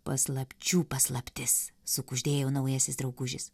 paslapčių paslaptis sukuždėjo naujasis draugužis